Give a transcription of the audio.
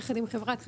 יחד עם חברת חשמל,